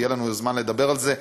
עוד יהיה לנו זמן לדבר על זה,